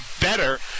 better